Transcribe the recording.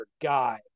guy